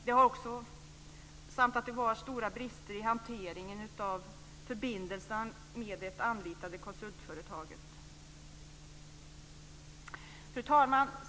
Det har också sagts att det var stora brister i hanteringen av förbindelsen med det anlitade konsultföretaget. Fru talman!